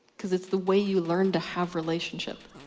because it's the way you learned to have relationships.